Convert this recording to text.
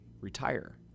retire